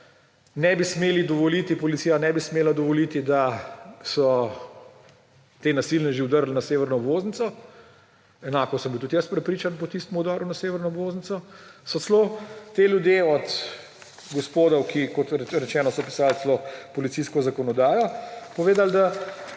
policija ne bi smela dovoliti, da so ti nasilneži vdrli na severno obvoznico, enako sem bil tudi jaz prepričan po tistemu vdoru na severno obvoznico, so celo ti ljudje od gospodov, ki, kot rečeno, so pisali celo policijsko zakonodajo, povedali, da